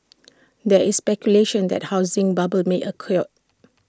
there is speculation that A housing bubble may occur